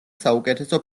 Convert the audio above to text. საუკეთესო